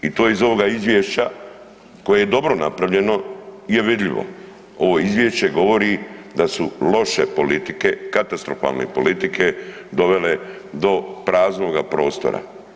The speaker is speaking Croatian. I to iz ovoga izvješća, koje je dobro napravljeno, je vidljivo, ovo izvješće govori da su loše politike, katastrofalne politike dovele do praznoga prostora.